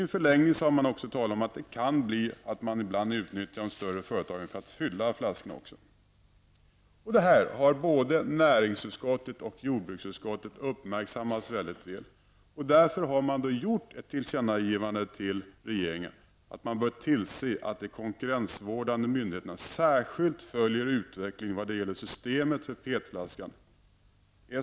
I en förlängning har man också talat om att det kan bli så att man ibland utnyttjar de större företagen för att också fylla flaskorna. Det här har både näringsutskottet och jordbruksutskottet uppmärksammat och därför har man gett ett tillkännagivande till regeringen att man bör tillse att de konkurrensvårdande myndigheterna särskilt följer utvecklingen vad gäller systemet för PET-flaskan.